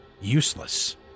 Useless